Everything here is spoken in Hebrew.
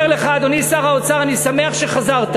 אני אומר לך, אדוני שר האוצר, אני שמח שחזרת.